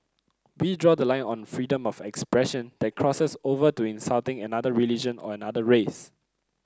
we draw the line on freedom of expression that crosses over to insulting another religion or another race